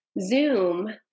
Zoom